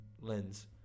lens